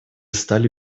стали